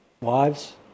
Wives